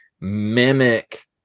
mimic